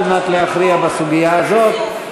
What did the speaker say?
והרווחה.